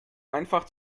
einfach